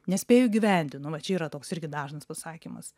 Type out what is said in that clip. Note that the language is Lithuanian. nespėju gyventi nu va čia yra toks irgi dažnas pasakymas